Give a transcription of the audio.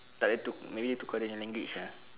tak boleh tuk~ maybe dia tukar dia nya language ah